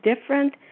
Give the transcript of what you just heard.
different